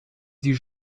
die